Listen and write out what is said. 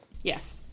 Yes